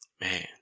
Man